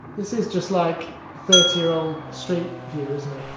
this is just like thirty year old street view, isn't it?